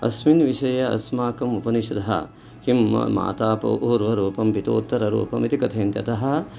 अस्मिन् विषये अस्माकम् उपनिषदः किम् मातापूर्वरूपं पितोत्तररूपं इति कथयन्ति अतः